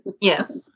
yes